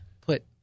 put